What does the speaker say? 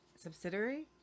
Subsidiary